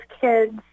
kids